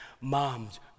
Moms